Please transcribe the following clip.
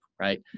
Right